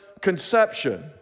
Conception